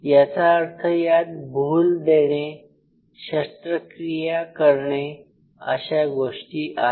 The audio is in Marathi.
याचा अर्थ यात भूल देणे शस्त्रक्रिया करणे अशा गोष्टी आल्या